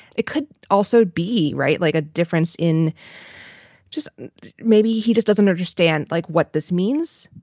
it could also be. right. like a difference in just maybe he just doesn't understand, like, what this means.